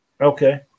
Okay